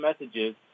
messages